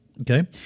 okay